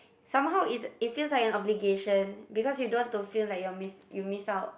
somehow is it feels like an obligation because you don't want to feel like you're miss you miss out